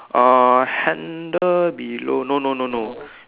uh handle below no no no no